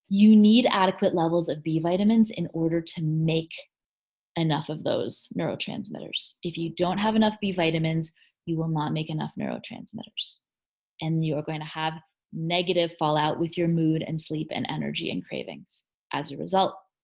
you need adequate levels of b vitamins in order to make enough of those neurotransmitters. if you don't have enough b vitamins you will not make enough neurotransmitters and you're going to have negative fallout with your mood and sleep and energy and cravings as a result.